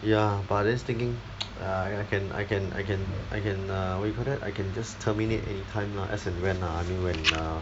ya but I was just thinking !aiya! I can I can I can I can err what you call that I can just terminate any time lah as and when ah I mean when ah